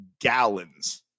gallons